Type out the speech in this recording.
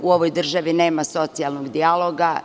U ovoj državi nema socijalnog dijaloga.